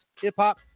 hip-hop